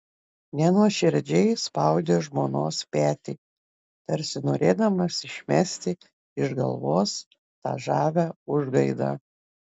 nenuoširdžiai spaudė žmonos petį tarsi norėdamas išmesti iš galvos tą žavią užgaidą